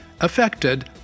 affected